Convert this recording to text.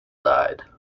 died